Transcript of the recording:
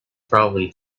probably